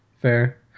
Fair